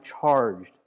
charged